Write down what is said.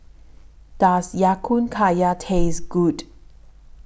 Does Ya Kun Kaya Taste Good